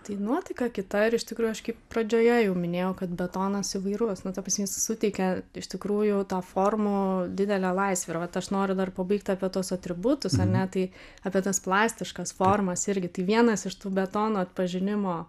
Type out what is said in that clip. tai nuotaika kita ir iš tikrųjų aš kaip pradžioje jau minėjau kad betonas įvairus na ta prasme jis suteikia iš tikrųjų tą formų didelę laisvę ir vat aš noriu dar pabaigt apie tuos atributus ar ne tai apie tas plastiškas formas irgi tai vienas iš tų betono atpažinimo